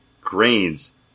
grains